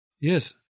Yes